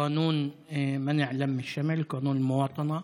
(אומר דברים בשפה הערבית,